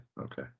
Okay